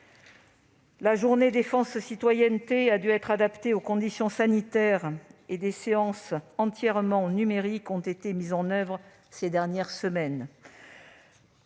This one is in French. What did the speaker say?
La Journée défense et citoyenneté a dû être adaptée aux conditions sanitaires : des séances entièrement numériques ont été mises en oeuvre ces dernières semaines.